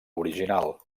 original